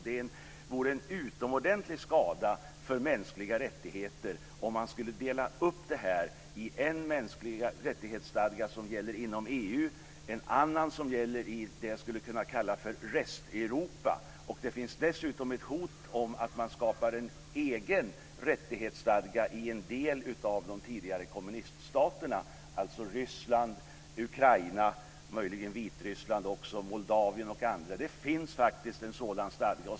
Det vore en utomordentligt skada för mänskliga rättigheter om man skulle dela upp det i en stadga för mänskliga rättigheter som gäller inom EU och en annan som gäller inom det jag skulle kunna kalla för Resteuropa. Det finns dessutom ett hot om att man skapar en egen rättighetsstadga i en del av de tidigare kommuniststaterna - Ryssland, Ukraina, möjligen också Vitryssland, Moldavien och andra. Det finns en sådan stadga.